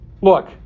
look